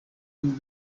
bihugu